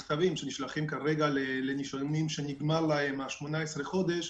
אם זה מכתבים שנשלחים לנישומים שנגמרים להם ה-18 חודש,